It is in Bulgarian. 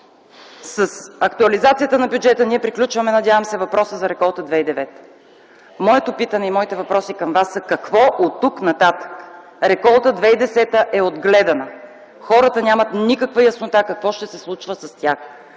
С актуализацията на бюджета ние приключваме, надявам се, въпроса за реколта 2009. Моето питане и моите въпроси към Вас са: какво оттук нататък? Реколта 2010 е отгледана. Хората нямат никаква яснота какво ще се случва с тях.